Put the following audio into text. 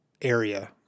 area